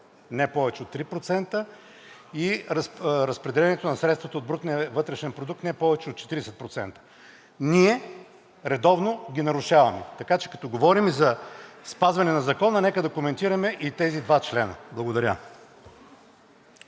не повече от 3%, и разпределението на средствата от брутния вътрешен продукт – не повече от 40%. Ние редовно ги нарушаваме. Така че като говорим за спазване на Закона, нека да коментираме и тези два члена. Благодаря.